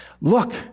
Look